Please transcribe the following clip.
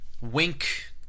Wink